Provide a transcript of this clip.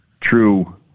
true